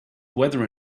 weather